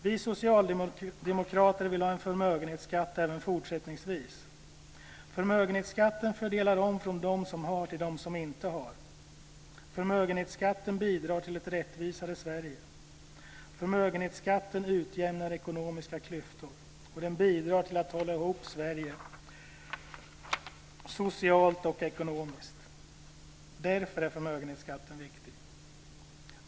Vi socialdemokrater vill ha en förmögenhetsskatt även fortsättningsvis. Förmögenhetsskatten fördelar om från dem som har till dem som inte har. Förmögenhetsskatten bidrar till ett rättvisare Sverige. Förmögenhetsskatten utjämnar ekonomiska klyftor. Den bidrar till att hålla ihop Sverige socialt och ekonomiskt. Därför är förmögenhetsskatten viktig.